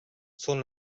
són